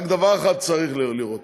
רק דבר אחד צריך לראות.